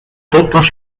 totes